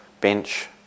bench